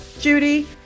Judy